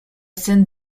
scène